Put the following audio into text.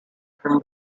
from